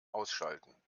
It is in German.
ausschalten